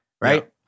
right